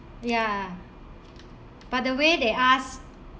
ya but the way they ask